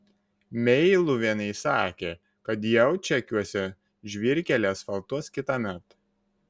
meiluvienei sakė kad jaučakiuose žvyrkelį asfaltuos kitąmet